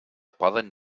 poden